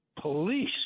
police